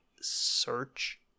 search